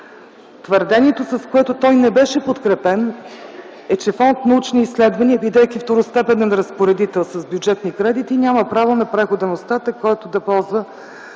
Твърдението, с което той не беше подкрепен, е, че фонд „Научни изследвания”, бидейки второстепенен разпоредител с бюджетни кредити, няма право на приходен остатък, който да ползва